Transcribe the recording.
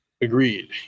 Agreed